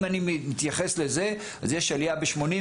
אם אני מתייחס לזה אז יש עלייה ב-81%,